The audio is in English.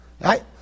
Right